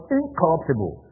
incorruptible